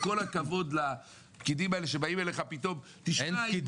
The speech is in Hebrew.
עם כל הכבוד לפקידים שבאים אליך ואומרים: "תשמע,